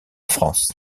france